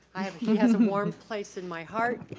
he has warm place in my heart.